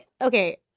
Okay